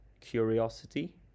curiosity